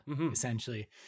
essentially